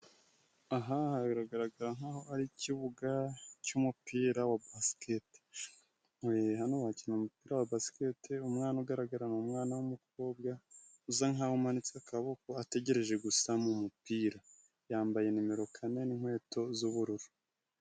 Aha biragaragara nkaho ari ikibuga cy'umupira wa baskete. Hano barakina umupira wa baskete. Umwana ugaragara ni umwana w'umukobwa usa nkaho umanitse akaboko ategereje gusama umupira, yambaye nimero kane n'inkweto z'ubururu.